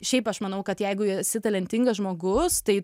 šiaip aš manau kad jeigu esi talentingas žmogus tai